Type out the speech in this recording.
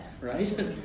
right